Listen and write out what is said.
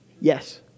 Yes